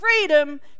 freedom